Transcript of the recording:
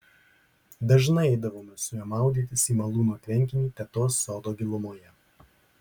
dažnai eidavome su juo maudytis į malūno tvenkinį tetos sodo gilumoje